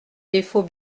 défaut